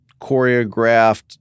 choreographed